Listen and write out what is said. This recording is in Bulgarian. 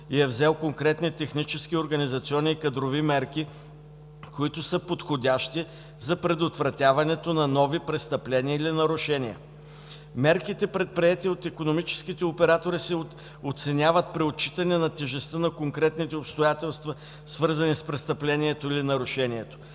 и е взел конкретни технически, организационни и кадрови мерки, които са подходящи за предотвратяването на нови престъпления или нарушения. Мерките, предприети от икономическите оператори, се оценяват при отчитане на тежестта на конкретните обстоятелства, свързани с престъплението или нарушението.